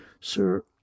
Sir